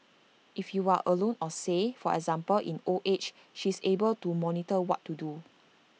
if you are alone or say for example in old age she's able to monitor what to do